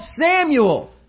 Samuel